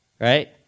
right